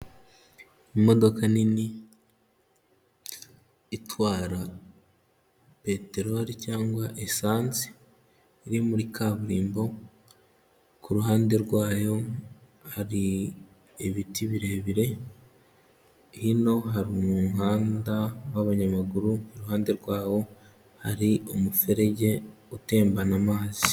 Imodoka nini itwara peteroli cyangwa esansi iri muri kaburimbo, ku ruhande rwayo hari ibiti birebire, hino hari umuhanda w'abanyamaguru, iruhande rwawo hari umuferege utembana amazi.